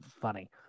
funny